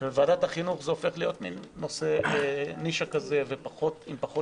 בוועדת החינוך זה הופך להיות מין נושא נישה ועם פחות